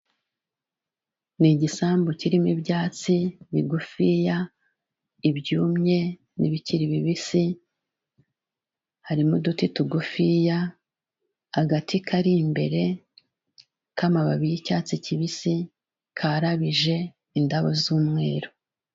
Ni igisambu kirimo ibyatsi bigufiya, ibyumye n'ibikiri bibisi, harimo uduti tugufiya, agati kari imbere k'amababi y'icyatsi kibisi karabije indabo z'umweru.